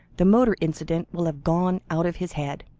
the motor incident will have gone out of his head.